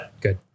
Good